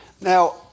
Now